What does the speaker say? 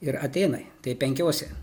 ir atėnai tai penkiose